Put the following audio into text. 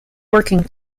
working